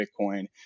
Bitcoin